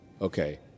Okay